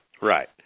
Right